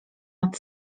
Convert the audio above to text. nad